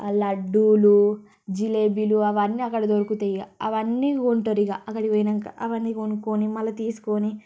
లడ్డూలూ జిలేబీలు అవన్నీ అక్కడ దొరుకుతాయి ఇక అవన్నీ కొంటారు ఇక అక్కడికి పోయాక అవన్నీ కొనుక్కొని మళ్ళీ తీసుకొని